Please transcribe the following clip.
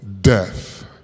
death